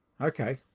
Okay